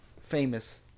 famous